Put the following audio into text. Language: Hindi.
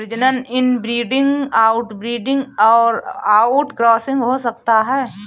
प्रजनन इनब्रीडिंग, आउटब्रीडिंग और आउटक्रॉसिंग हो सकता है